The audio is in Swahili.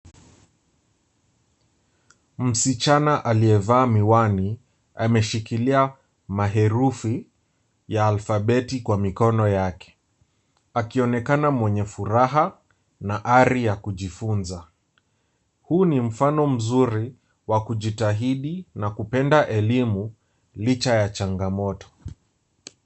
Msichana aliyevaa miwani ameshikilia maherufi ya laphabeti kwa mikono yake. Akionekana mwenye furaha na ari ya kujifunza. Huu ni mfano mzuri wa kujitahidi na kupenda elimu licha ya changamoto.